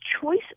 choice